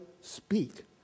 speak